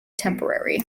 temporary